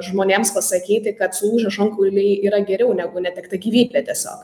žmonėms pasakyti kad sulūžę šonkauliai yra geriau negu netekti gyvybė tiesiog